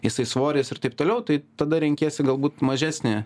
jisai svoris ir taip toliau tai tada renkiesi galbūt mažesnį